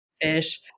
fish